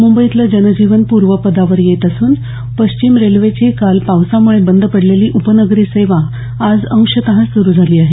मुंबईतलं जन जीवन पूर्वपदावर येत असून पश्चिम रेल्वेची काल पावसा मुळे बंद पडलेली उपनगरी सेवा आज अंशत सुरू झाली आहे